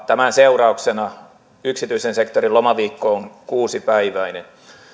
tämän seurauksena yksityisen sektorin lomaviikko on kuusipäiväinen